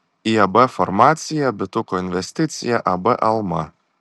iab farmacija bituko investicija ab alma